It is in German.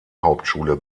hauptschule